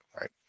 Right